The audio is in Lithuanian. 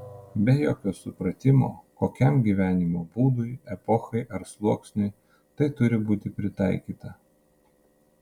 be jokio supratimo kokiam gyvenimo būdui epochai ar sluoksniui tai turi būti pritaikyta